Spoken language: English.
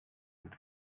with